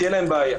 תהיה להם בעיה.